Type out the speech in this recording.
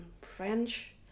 french